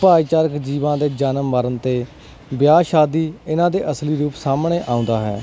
ਭਾਈਚਾਰਕ ਜੀਵਾਂ ਦੇ ਜਨਮ ਮਰਨ 'ਤੇ ਵਿਆਹ ਸ਼ਾਦੀ ਇਹਨਾਂ ਦੇ ਅਸਲੀ ਰੂਪ ਸਾਹਮਣੇ ਆਉਂਦਾ ਹੈ